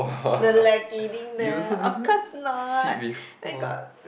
no lah kidding lah of course not where got